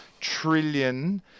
trillion